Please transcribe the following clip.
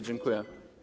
Dziękuję.